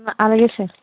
అలాగే సార్